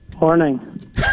Morning